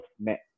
met